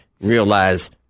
realize